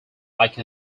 like